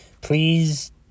Please